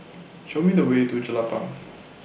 Show Me The Way to Jelapang